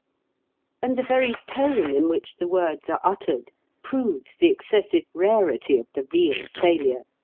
and the very tone in which the words are uttered proves the excessive rarity of the real failure.